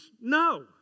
No